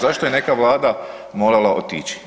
Zašto je neka vlada morala otići?